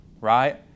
right